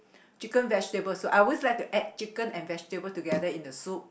chicken vegetable soup I always like to add chicken and vegetable together in a soup